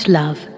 love